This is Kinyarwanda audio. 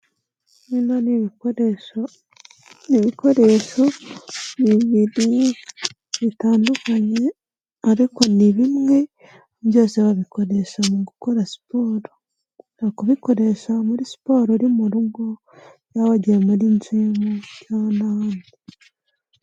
Bino n'ibikoresho, ibikoresho bibiri bitandukanye ariko ni bimwe byose wabikoresha mu gukora siporo, ushobora kubikoresha muri siporo uri mu rugo cyangwa wagiye jimu cyangwa n'ahandi.